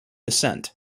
descent